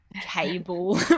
cable